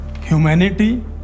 humanity